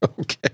Okay